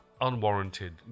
unwarranted